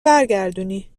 برگردونی